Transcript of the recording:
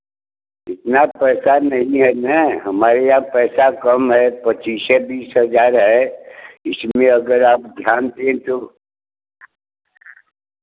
इतना पैसा नहीं है ना हमारे यहाँ पैसा कम है पच्चीस बीस हज़ार है इसलिए अगर आप ध्यान दें तो